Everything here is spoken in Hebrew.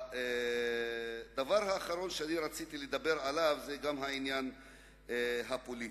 הדבר האחרון שרציתי לדבר עליו הוא העניין הפוליטי.